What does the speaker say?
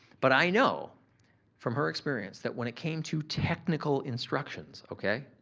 but i know from her experience that when it came to technical instructions, okay,